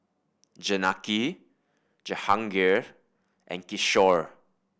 Janaki Jahangir and Kishore